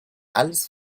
alles